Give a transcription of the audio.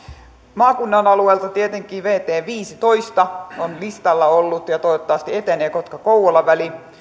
maakunnan alueelta tietenkin vt viisitoista on listalla ollut ja toivottavasti etenee kotka kouvola väli